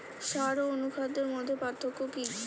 সার ও অনুখাদ্যের মধ্যে পার্থক্য কি?